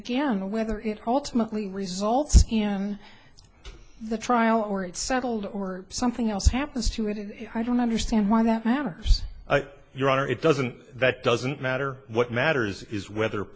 again whether it alternately results in the trial or it's settled or something else happens to it and i don't understand why that matters your honor it doesn't that doesn't matter what matters is whether